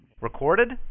Recorded